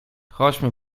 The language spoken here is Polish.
chodźmy